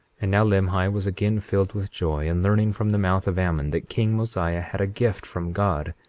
and now limhi was again filled with joy in learning from the mouth of ammon that king mosiah had a gift from god,